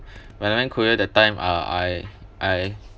when I went korea that time ah I I